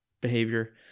behavior